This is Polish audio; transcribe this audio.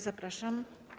Zapraszam.